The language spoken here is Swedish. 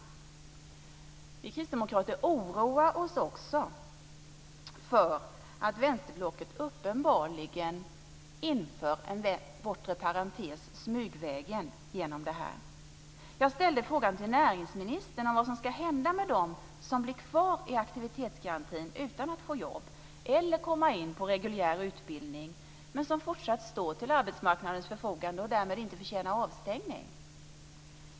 Vi kristdemokrater oroar oss också för att vänsterblocket smygvägen uppenbarligen inför en bortre parentes genom det här. Jag har frågat näringsministern vad som ska hända med dem som blir kvar i aktivitetsgarantin, utan att få jobb eller komma in på reguljär utbildning, men som fortsatt står till arbetsmarknadens förfogande och därmed inte förtjänar avstängning.